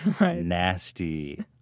nasty